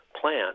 plant